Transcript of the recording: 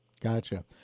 Gotcha